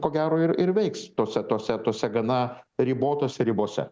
ko gero ir ir veiks tose tose tose gana ribotos ribose